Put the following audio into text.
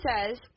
says